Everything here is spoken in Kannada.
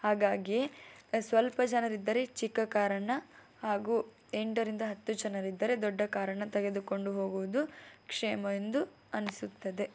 ಹಾಗಾಗಿಯೇ ಸ್ವಲ್ಪ ಜನರಿದ್ದರೆ ಚಿಕ್ಕ ಕಾರನ್ನು ಹಾಗೂ ಎಂಟರಿಂದ ಹತ್ತು ಜನರಿದ್ದರೆ ದೊಡ್ಡ ಕಾರನ್ನು ತಗೆದುಕೊಂಡು ಹೋಗುವುದು ಕ್ಷೇಮ ಎಂದು ಅನಿಸುತ್ತದೆ